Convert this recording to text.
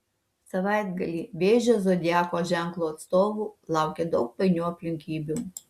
savaitgalį vėžio zodiako ženklo atstovų laukia daug painių aplinkybių